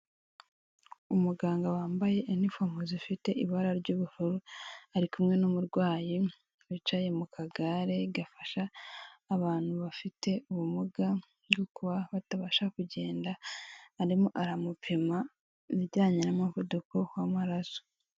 Umuganga wambaye inifomu zifite ibara ry'ubururu, ari kumwe n'umurwayi wicaye mu kagare gafasha abantu bafite ubumuga kuba batabasha kugenda, arimo aramupima ajyanye n'umuvuduko w'amaraso.